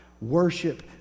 worship